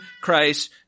Christ